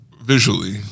Visually